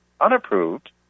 unapproved